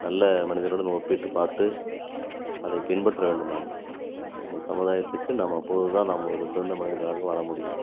நல்ல மனிதர்களுடன் ஒப்பிட்டு பார்த்து அதை பின்பற்ற வேண்டும் நாம் நம்ம சமுதாயத்துக்கு நாம் அப்போதுதான் நாம் ஒரு சிறந்த மனிதனாக வாழ முடியும்